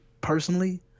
personally